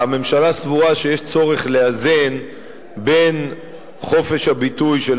הממשלה סבורה שיש צורך לאזן בין חופש הביטוי של